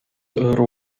euro